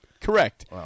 Correct